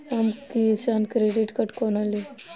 हम Kisan credit card कोना ली?